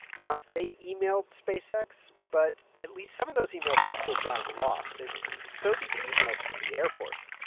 now they emailed spacex, but at least some of those emails seem to have gotten lost and so did the emails from the air force.